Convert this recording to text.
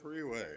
Freeway